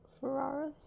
Ferraris